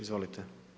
Izvolite.